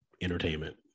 Entertainment